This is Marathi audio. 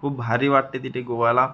खूप भारी वाटते तिथे गोव्याला